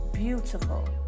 Beautiful